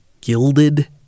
gilded